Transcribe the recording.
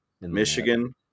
Michigan